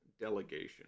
delegation